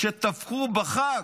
שטבחו בחג,